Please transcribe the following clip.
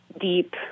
deep